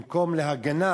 במקום להגנה